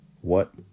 What